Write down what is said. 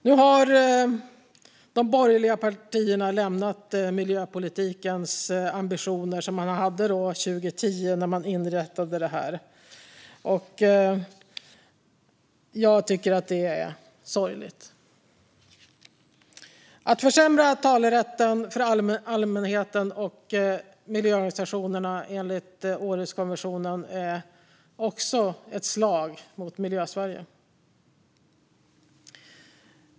Nu har de borgerliga partierna lämnat miljöpolitikens ambitioner som de hade 2010. Jag tycker att det är sorgligt. Att försämra talerätten för allmänheten och miljöorganisationerna enligt Århuskonventionen är också ett slag mot Miljösverige.